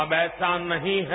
अब ऐसा नहीं है